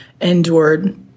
endured